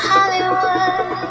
Hollywood